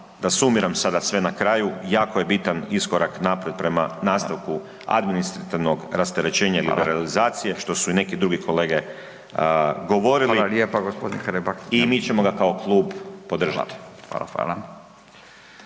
da sumiram sada sve na kraju, jako je bitan iskorak naprijed prema nastavku administrativnog rasterećenja i liberalizacije što su i neke drugi kolege govorili… …/Upadica Radin: Hvala lijepa g. Hrebak./… …i mi ćemo ga kao klub podržat. Hvala.